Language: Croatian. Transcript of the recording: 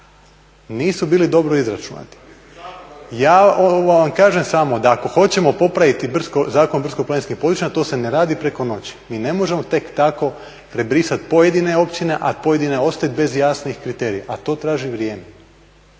nisu bili dobro izračunati. Ja vam kažem samo da ako hoćemo popraviti Zakon o brdsko-planinskim područjima to se ne radi preko noći. Mi ne možemo tek tako prebrisati pojedine općine, a pojedine ostavit bez jasnih kriterija, a to traži vrijeme.